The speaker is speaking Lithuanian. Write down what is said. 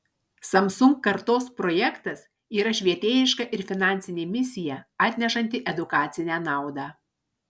samsung kartos projektas yra švietėjiška ir finansinė misija atnešanti edukacinę naudą